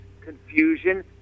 confusion